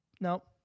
no